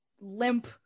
limp